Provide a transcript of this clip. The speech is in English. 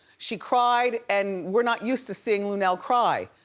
she cried and we're not use to seeing luenell cry.